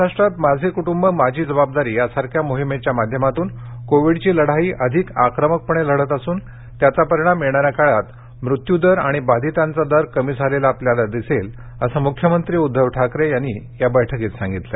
महाराष्ट्रात माझे कुटुंब माझी जबाबदारी सारख्या मोहिमेच्या माध्यमातून कोविडची लढाई अधिक आक्रमकपणे लढत असून त्याचा परिणाम येणाऱ्या काळात मृत्यू दर आणि बाधितांचा दर कमी झालेला आपल्याला दिसेल असं मुख्यमंत्री उद्घव ठाकरे या बैठकीत बोलताना म्हणाले